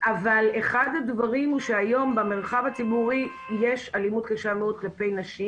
אבל אחד הדברים הוא שהיום במרחב הציבורי יש אלימות קשה מאוד כלפי נשים.